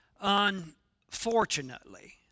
Unfortunately